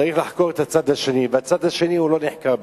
צריך לחקור את הצד השני, ובעצם הצד השני לא נחקר.